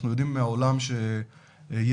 אנחנו יודעים מהעולם שילדים,